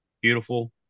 Beautiful